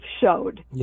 showed